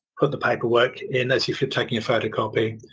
put the paperwork in as if you are taking a photocopy.